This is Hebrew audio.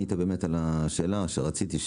ענית על השאלה שרציתי,